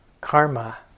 Karma